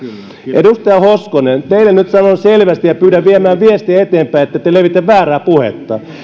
edustaja hoskonen teille nyt sanon selvästi ja pyydän viemään viestiä eteenpäin niin ettette levitä väärää puhetta